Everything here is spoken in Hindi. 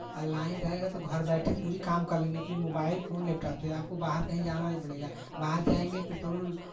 ऑनलाइन रहेगा तो घर बैठे पूरी काम कर लेंगे अपनी मोबाइल फोन लैपटाप से आपको बाहर कहीं जाना नहीं पड़ेगा बाहर जाएँगे पेट्रोल